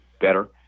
better